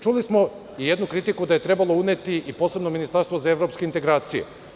Čuli smo i jednu kritiku da je trebalo uneti i posebno ministarstvo za evropske integracije.